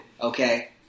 Okay